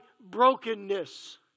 brokenness